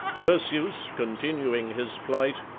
perseus, continuing his flight,